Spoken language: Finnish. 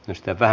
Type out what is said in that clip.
ystävä